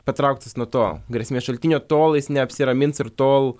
patrauktas nuo to grėsmės šaltinio tol jis neapsiramins ir tol